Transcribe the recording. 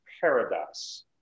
paradise